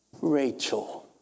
Rachel